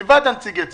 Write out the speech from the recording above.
מלבד נציגי הציבור.